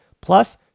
Plus